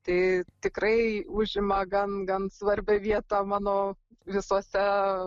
tai tikrai užima gan gan svarbią vietą mano visose